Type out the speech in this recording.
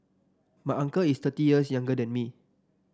my uncle is thirty years younger than me